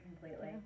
completely